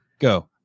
go